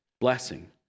blessing